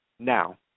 Now